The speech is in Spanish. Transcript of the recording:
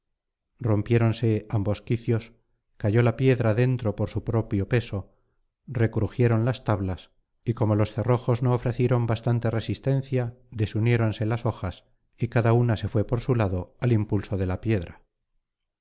rompiéronse ambos quiciales cayó la piedra dentro por su propio peso recrujieron las tablas y como los cerrojos no ofrecieron bastante resistencia desuniéronse las hojas y cada una se fué por su lado al impulso de la piedra